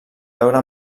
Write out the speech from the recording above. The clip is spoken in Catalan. veure